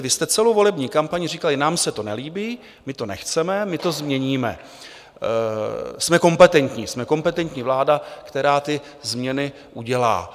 Vy jste celou volební kampaň říkali: Nám se to nelíbí, my to nechceme, my to změníme, jsme kompetentní, jsme kompetentní vláda, která ty změny udělá.